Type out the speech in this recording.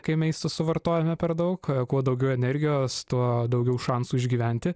kai maisto suvartojame per daug kuo daugiau energijos tuo daugiau šansų išgyventi